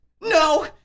No